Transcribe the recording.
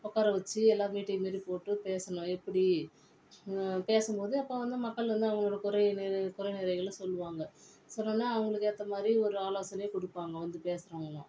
உக்காரவச்சி எல்லா மீட்டிங் மாரி போட்டு பேசணும் எப்படி பேசும்போது அப்போ வந்து மக்கள் வந்து அவங்க குறை நிறை குறை நிறைகளை சொல்லுவாங்க சொன்னோனே அவங்களுக்கு ஏற்ற மாதிரி ஒரு ஆலோசனை கொடுப்பாங்க வந்து பேசுகிறவங்க